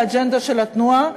לאג'נדה של התנועה,